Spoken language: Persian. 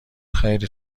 خرید